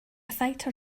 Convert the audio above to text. fighter